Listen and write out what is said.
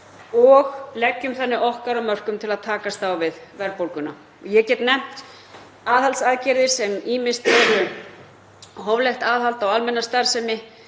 og leggjum þannig okkar af mörkum til að takast á við verðbólguna. Ég get nefnt aðhaldsaðgerðir sem ýmist eru hóflegt aðhald á almenna starfsemi,